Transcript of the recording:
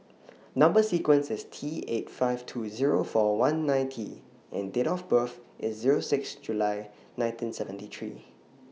Number sequence IS T eight five two Zero four one nine T and Date of birth IS Zero six July nineteen seventy three